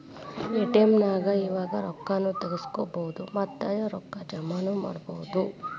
ATM ನ್ಯಾಗ್ ಇವಾಗ ರೊಕ್ಕಾ ನು ತಗ್ಸ್ಕೊಬೊದು ಮತ್ತ ರೊಕ್ಕಾ ಜಮಾನು ಮಾಡ್ಬೊದು